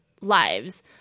lives